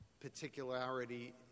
particularity